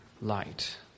light